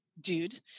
dude